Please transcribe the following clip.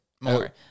more